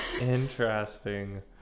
interesting